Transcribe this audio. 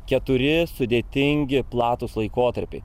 keturi sudėtingi platūs laikotarpiai